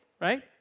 right